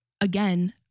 again